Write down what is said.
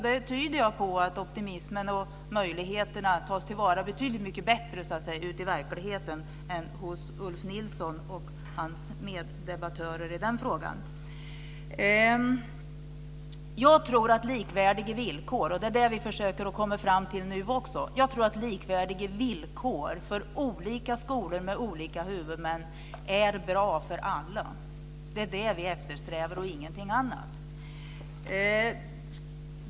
Det tyder på en optimism och på att möjligheterna tas tillvara betydligt bättre ute i verkligheten än hos Ulf Nilsson och hans meddebattörer i den frågan. Jag tror att likvärdiga villkor - och det är det som vi försöker komma fram till nu också - för olika skolor med olika huvudmän är bra för alla. Det är det som vi eftersträvar och ingenting annat.